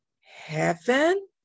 heaven